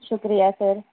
شکریہ سر